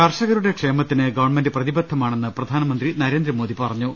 കർഷകരുടെ ക്ഷേമത്തിന് ഗവൺമെന്റ് പ്രതിബദ്ധമാണെന്ന് പ്രധാനമന്ത്രി നരേന്ദ്രമോദി പറഞ്ഞു